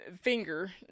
finger